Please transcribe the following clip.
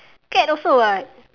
cat also [what]